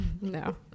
no